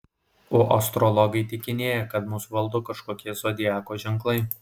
o astrologai įtikinėja kad mus valdo kažkokie zodiako ženklai